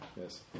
Yes